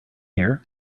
here